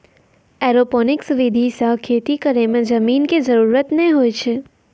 aeroponics विधि सॅ खेती करै मॅ जमीन के जरूरत नाय होय छै